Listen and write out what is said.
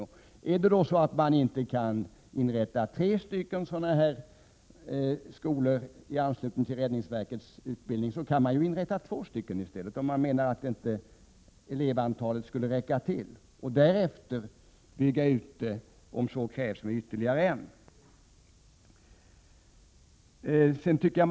Om det inte är möjligt att inrätta tre skolor i anslutning till räddningsverkets utbildning, kan man ju, om man menar att elevantalet inte skulle räcka till, börja med att inrätta två skolor och därefter utöka utbildningskapaciteten med ytterligare en skola.